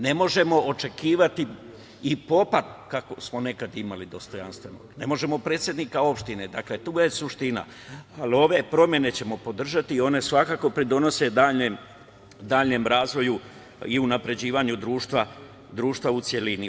Ne možemo očekivati i popa kakvog smo nekada imali, dostojanstvenog, ne možemo predsednika opštine, dakle tu je suština, ali ove promene ćemo podržati i one svakako pridonose daljem razvoju i unapređenju društva u celini.